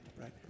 right